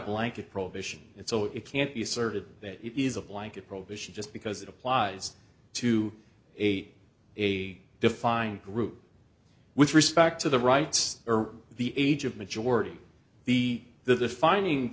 blanket prohibition it's so it can't be asserted that it is a blanket prohibition just because it applies to a a defined group with respect to the rights or the age of majority the the defining